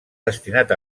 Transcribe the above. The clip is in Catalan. destinat